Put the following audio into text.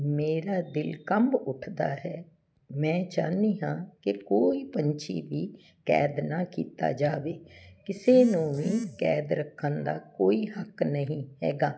ਮੇਰਾ ਦਿਲ ਕੰਬ ਉੱਠਦਾ ਹੈ ਮੈਂ ਚਾਹੁੰਦੀ ਹਾਂ ਕਿ ਕੋਈ ਪੰਛੀ ਵੀ ਕੈਦ ਨਾ ਕੀਤਾ ਜਾਵੇ ਕਿਸੇ ਨੂੰ ਵੀ ਕੈਦ ਰੱਖਣ ਦਾ ਕੋਈ ਹੱਕ ਨਹੀਂ ਹੈਗਾ